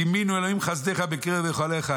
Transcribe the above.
דמינו אלהים חסדך בקרב היכלך.